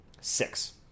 Six